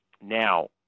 Now